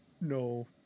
No